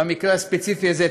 ובמקרה הספציפי הזה,